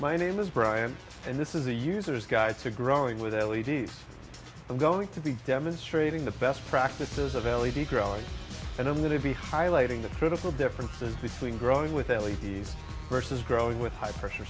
my name is brian and this is a user's guide to growing with l e d s i'm going to be demonstrating the best practices of l e d crowley and i'm going to be highlighting the critical differences between growing with l e d s versus growing with high pressure